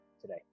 today